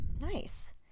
Nice